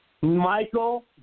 Michael